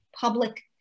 public